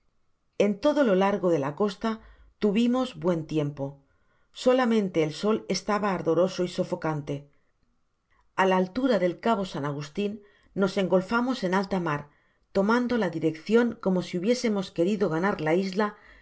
en todo lo largo de la costa tuvimos buen tiempo solamente el sol estaba ardoroso y sofocante a la altura del cabo san agustin nos engolfamos en alta mar tomando la direccion como si hubiesemos querido ganar la isla